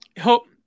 hope